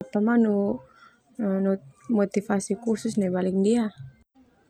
Oh manu motivasi khusus nai balik nia.